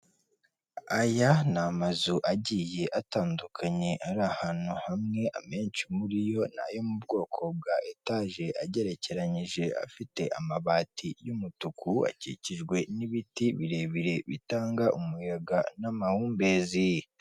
Aya ni amazu agiye atandukanye ari ahantu hamwe, amenshi muri yo ni ayo mu bwoko bwa etaje agerekeranyije, afite amabati y'umutuku akikijwe n'ibiti birebire bitanga umuyaga n'amahumbezi.